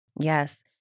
Yes